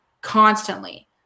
constantly